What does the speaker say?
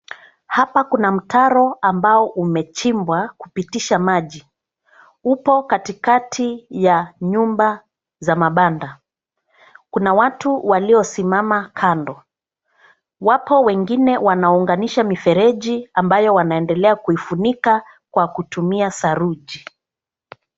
Hapa kuna mtaro ambao umechimbwa kupitisha maji. upo katikati ya nyumba za mabanda. Kuna watu waliosimama kando wapo wengine wanaunganisha mifereji ambayo wanaendelea kuifunika kwa kutumia saruji